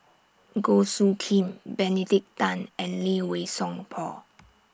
Goh Soo Khim Benedict Tan and Lee Wei Song Paul